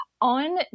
On